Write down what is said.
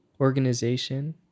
organization